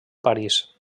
parís